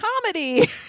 comedy